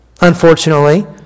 unfortunately